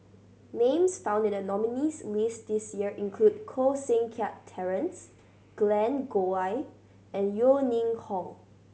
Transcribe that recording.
names found in the nominees' list this year include Koh Seng Kiat Terence Glen Goei and Yeo Ning Hong